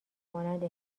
مانند